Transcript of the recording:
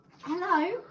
Hello